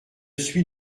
suis